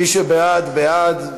מי שבעד, בעד.